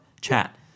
chat